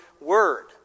word